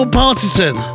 partisan